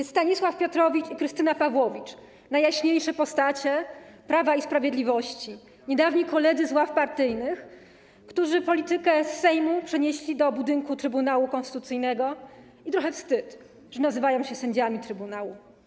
Są Stanisław Piotrowicz i Krystyna Pawłowicz, najjaśniejsze postacie Prawa i Sprawiedliwości, niedawni koledzy z ław partyjnych, którzy politykę z Sejmu przenieśli do budynku Trybunału Konstytucyjnego, i trochę wstyd, że nazywają się sędziami trybunału.